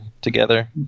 together